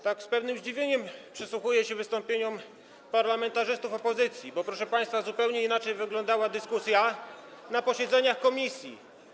Tak z pewnym zdziwieniem przysłuchuję się wystąpieniom parlamentarzystów opozycji, bo proszę państwa, zupełnie inaczej wyglądała dyskusja na posiedzeniach komisji.